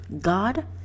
God